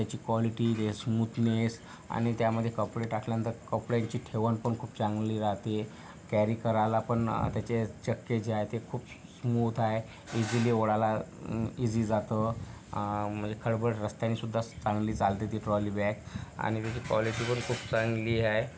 त्याची कॉलीटी ते स्मूथनेस आणि त्यामध्ये कपडे टाकल्यानंतर कपड्यांची ठेवण पण खूप चांगली राहते कॅरी करायला पण त्याचे चक्के जे आहे ते खूप स्मूथ आहे इझिली ओढायला इझी जातं म्हणजे खडबड रस्त्यांनी सुद्धा चांगली चालते ती ट्रॉलीबॅग आणि त्याची कॉलीटी पण खूप चांगली आहे